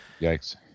Yikes